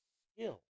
skill